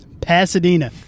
Pasadena